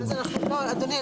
לא, אדוני.